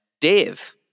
Dave